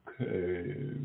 Okay